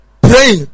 praying